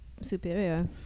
superior